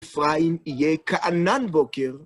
אפרים יהיה כענן בוקר!